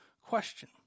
question